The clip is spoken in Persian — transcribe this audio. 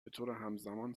بطورهمزمان